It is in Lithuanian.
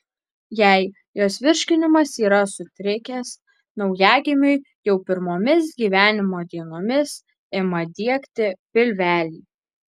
jei jos virškinimas yra sutrikęs naujagimiui jau pirmomis gyvenimo dienomis ima diegti pilvelį